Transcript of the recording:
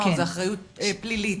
אמרנו שזו אחריות פלילית,